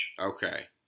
Okay